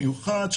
מיוחד,